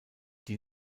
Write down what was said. die